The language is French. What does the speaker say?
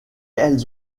elles